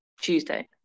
Tuesday